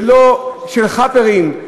ולא של "חאפרים",